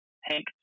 Hank